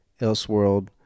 Elseworld